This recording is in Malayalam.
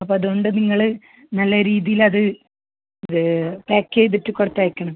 അപ്പോൾ അതുകൊണ്ട് നിങ്ങൾ നല്ല രീതിയിൽ അത് ഇത് പാക്ക് ചെയ്തിട്ട് കൊടുത്തയക്കണം